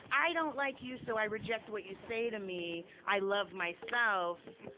i don't like you so i reject what you say to me, i love myself,